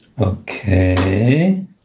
okay